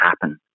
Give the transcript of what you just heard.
happen